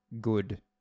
good